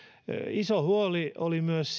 iso huoli oli myös